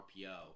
RPO